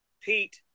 Pete